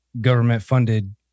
government-funded